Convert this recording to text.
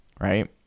right